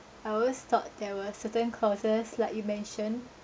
I always thought there were certain causes like you mention